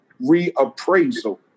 reappraisal